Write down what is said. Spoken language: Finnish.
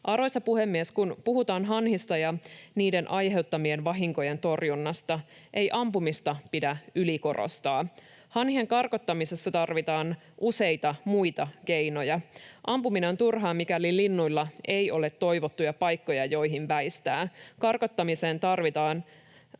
Arvoisa puhemies! Kun puhutaan hanhista ja niiden aiheuttamien vahinkojen torjunnasta, ei ampumista pidä ylikorostaa. Hanhien karkottamisessa tarvitaan useita muita keinoja. Ampuminen on turhaa, mikäli linnuilla ei ole toivottuja paikkoja, joihin väistää. Karkottamiseen tarvitaan